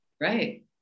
right